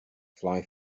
fly